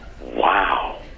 Wow